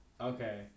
Okay